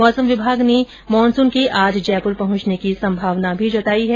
मौसम विभाग ने मानूसन के आज जयपुर पहुंचने की संभावना भी जताई है